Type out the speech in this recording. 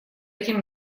этим